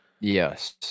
Yes